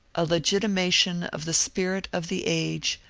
a legitimation of the spirit of the age,